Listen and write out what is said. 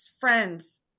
friends